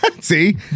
See